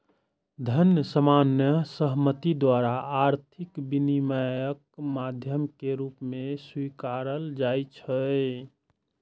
धन सामान्य सहमति द्वारा आर्थिक विनिमयक माध्यम के रूप मे स्वीकारल जाइ छै